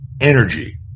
energy